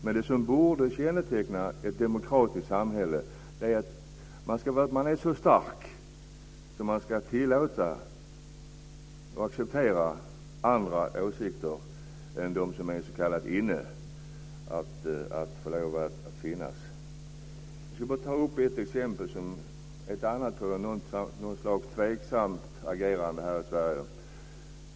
Men det som borde känneteckna ett demokratiskt samhälle är att man ska vara så stark att man kan tillåta och acceptera andra åsikter än de som är "inne". Jag ska bara ta upp ett exempel på ett slags tveksamt agerande här i Sverige.